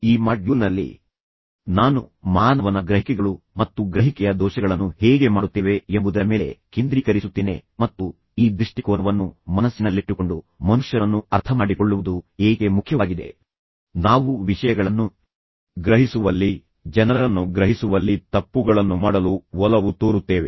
ಈ ಮಾಡ್ಯೂಲ್ನಲ್ಲಿ ನಾನು ಮಾನವನ ಗ್ರಹಿಕೆಗಳು ಮತ್ತು ನಾವು ಕೆಲವು ಗ್ರಹಿಕೆಯ ದೋಷಗಳನ್ನು ಹೇಗೆ ಮಾಡುತ್ತೇವೆ ಎಂಬುದರ ಮೇಲೆ ಕೇಂದ್ರೀಕರಿಸುತ್ತೇನೆ ಮತ್ತು ಈ ದೃಷ್ಟಿಕೋನವನ್ನು ಮನಸ್ಸಿನಲ್ಲಿಟ್ಟುಕೊಂಡು ಮನುಷ್ಯರನ್ನು ಅರ್ಥಮಾಡಿಕೊಳ್ಳುವುದು ಏಕೆ ಮುಖ್ಯವಾಗಿದೆ ನಾವು ವಿಷಯಗಳನ್ನು ಗ್ರಹಿಸುವಲ್ಲಿ ಜನರನ್ನು ಗ್ರಹಿಸುವಲ್ಲಿ ತಪ್ಪುಗಳನ್ನು ಮಾಡಲು ಒಲವು ತೋರುತ್ತೇವೆ